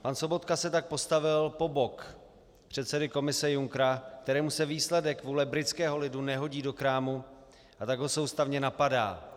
Pan Sobotka se tak postavil po bok předsedy Komise Junckera, kterému se výsledek vůle britského lidu nehodí do krámu, a tak ho soustavně napadá.